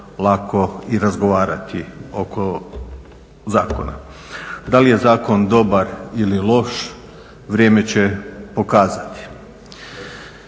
lako i razgovarati oko zakona. Da li je zakon dobar ili loš, vrijeme će pokazati.